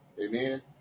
Amen